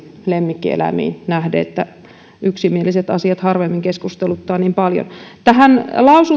lemmikkieläimiin nähden yksimieliset asiat harvemmin keskusteluttavat niin paljon tästä